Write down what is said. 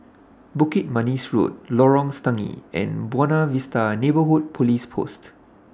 Bukit Manis Road Lorong Stangee and Buona Vista Neighbourhood Police Post